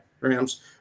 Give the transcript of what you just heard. Rams